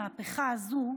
מוגבלות